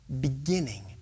Beginning